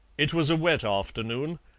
it was a wet afternoon,